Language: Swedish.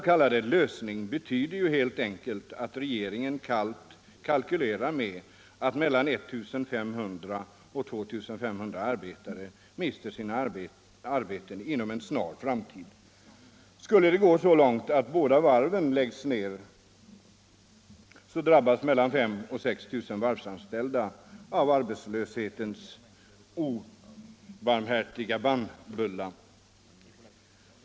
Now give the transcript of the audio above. Denna ”lösning” betyder helt enkelt att regeringen kallt kalkylerar med att mellan 1 500 och 2 500 arbetare mister sina arbeten inom en snar framtid. Skulle det gå så långt att båda varven läggs ner, drabbas mellan 5 000 och 6 000 varvsanställda av arbetslöshetens obarmhärtiga bannbulla.